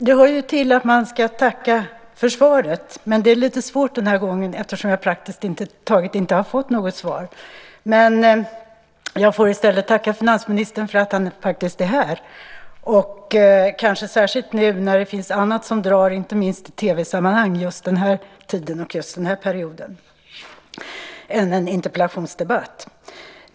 Herr talman! Det hör till att man ska tacka för svaret. Men det är litet svårt den här gången eftersom jag praktiskt taget inte har fått något svar. Jag får i stället tacka finansministern för att han faktiskt är här, och kanske särskilt nu, när det finns annat som drar, inte minst i TV-sammanhang, än en interpellationsdebatt.